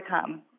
come